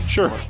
Sure